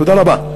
תודה רבה.